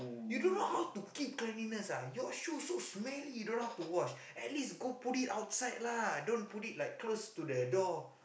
you don't know how to keep cleanliness ah your shoe so smelly you don't know how to wash at least go put it outside lah don't put it like close to the door